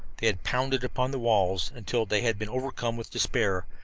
they had pounded upon the walls until they had been overcome with despair,